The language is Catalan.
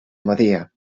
medea